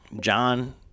john